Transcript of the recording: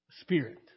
spirit